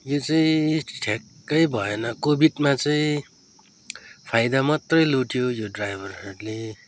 यो चाहिँ ठ्याक्कै भएन कोबिडमा चाहिँ फाइदा मात्रै लुट्यो यो ड्राइभरहरूले